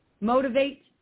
motivate